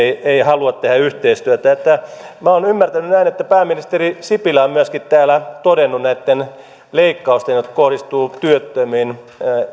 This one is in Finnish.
ei halua tehdä yhteistyötä minä olen ymmärtänyt näin että pääministeri sipilä on myöskin täällä todennut näitten leikkausten jotka kohdistuvat työttömiin